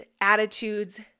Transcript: attitudes